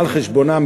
על חשבונם,